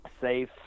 safe